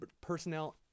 personnel